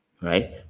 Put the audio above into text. right